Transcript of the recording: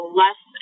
less